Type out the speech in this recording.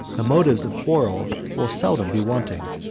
the motives of quarrel will seldom be wanting.